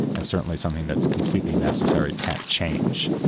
and certainly something that's completely necessary can't change.